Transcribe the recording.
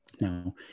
Now